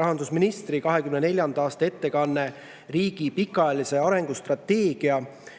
rahandusministri 2024. aasta ettekanne riigi pikaajalise arengustrateegia